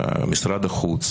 משרד החוץ.